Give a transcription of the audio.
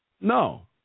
No